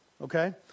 okay